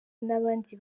n’abandi